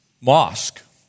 mosque